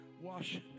Wash